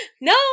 No